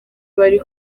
bari